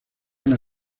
una